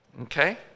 Okay